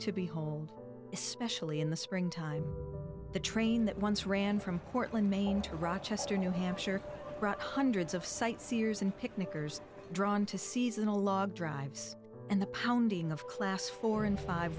to behold especially in the spring time the train that once ran from portland maine to rochester new hampshire brought hundreds of sightseers and picnickers drawn to seasonal log drives and the pounding of class four and five